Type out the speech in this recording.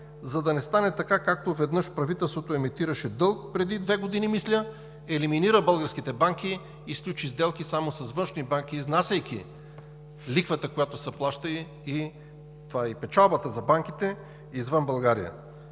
за да не стане така, както веднъж правителството емитираше дълг преди две години, мисля, елиминира българските банки и сключи сделки само с външни банки, изнасяйки лихвата, която са плащали, това е и печалбата за банките, извън България.